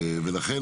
לכן,